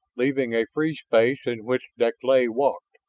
leaving a free space in which deklay walked.